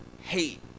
hate